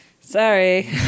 Sorry